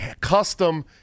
custom